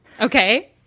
okay